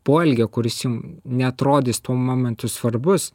poelgio kuris jum neatrodys tuo momentu svarbus